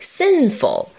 sinful